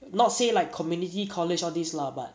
not say like community college all this lah but